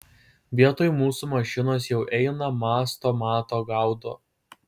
vietoj mūsų mašinos jau eina mąsto mato gaudo